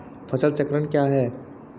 फसल चक्रण क्या है?